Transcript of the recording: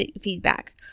feedback